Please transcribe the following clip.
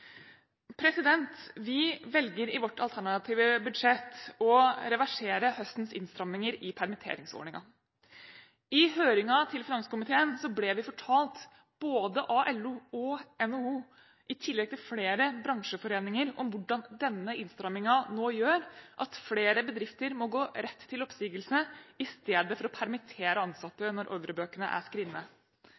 Vi velger i vårt alternative budsjett å reversere høstens innstramminger i permitteringsordningen. I høringen til finanskomiteen ble vi fortalt, både av LO og NHO, i tillegg til flere bransjeforeninger, om hvordan denne innstrammingen nå gjør at flere bedrifter må gå rett til oppsigelse i stedet for å permittere ansatte når ordrebøkene er